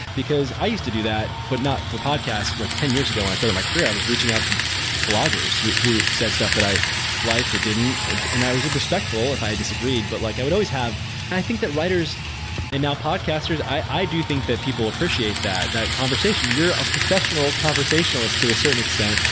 because i used to do that, but not for podcast like ten years ago when i started my career. i was reaching out to bloggers who who said stuff that i liked or didn't, and i was respectful if i disagreed. but like i would always have and i think that writers and now podcasters, i i do think that people appreciate, that that conversation, you're a professional conversationalist to a certain extent.